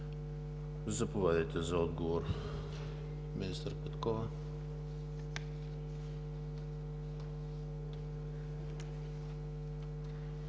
Заповядайте за отговор, министър Петкова.